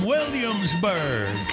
Williamsburg